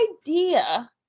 idea